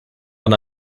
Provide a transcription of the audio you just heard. wann